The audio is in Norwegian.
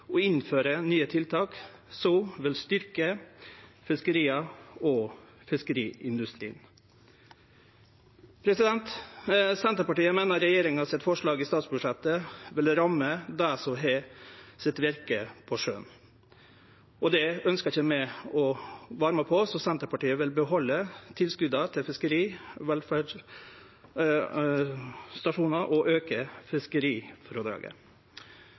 og innføre nye tiltak som vil styrkje fiskeria og fiskeriindustrien. Senterpartiet meiner regjeringas forslag til statsbudsjett vil ramme dei som har sitt virke på sjøen. Det ønskjer ikkje vi å vere med på, så Senterpartiet vil behalde tilskota til fiskeri og velferdsstasjonar og auke fiskerifrådraget.